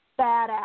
badass